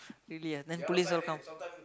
really ah then police all come